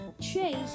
Chase